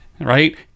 right